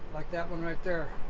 like that one right there.